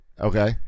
Okay